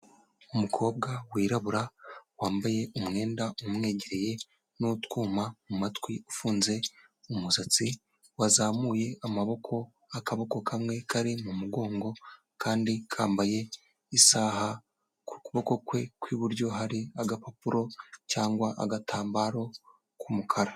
Umukobwa wirabura wambaye umwenda umwegereye n'utwuma mu matwi ufunze umusatsi wazamuye amaboko, akaboko kamwe kari mu mugongo kandi kambaye isaha, ku kuboko kwe kw'iburyo hari agapapuro cyangwa agatambaro k'umukara.